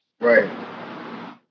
Right